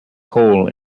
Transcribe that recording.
coal